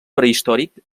prehistòric